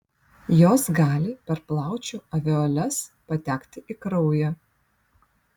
jos gali per plaučių alveoles patekti į kraują